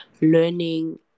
learning